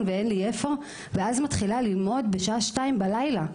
ואין לי איפה ואז מתחילה ללמוד בשעה 2:00 בלילה,